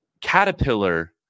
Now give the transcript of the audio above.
caterpillar